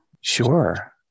Sure